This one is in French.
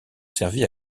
servi